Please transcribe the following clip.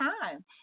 time